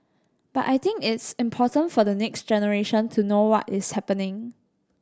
but I think it's important for the next generation to know what is happening